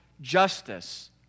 justice